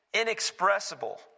inexpressible